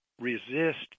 resist